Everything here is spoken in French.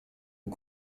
aux